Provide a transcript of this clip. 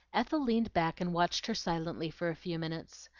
ethel leaned back and watched her silently for a few minutes.